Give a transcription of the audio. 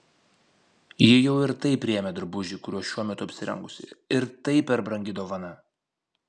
ji jau ir taip priėmė drabužį kuriuo šiuo metu apsirengusi ir tai per brangi dovana